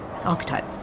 archetype